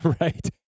Right